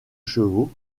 chevaux